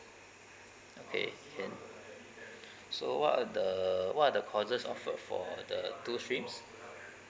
okay can so what are the what are the courses offered for the two streams